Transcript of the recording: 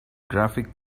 graphic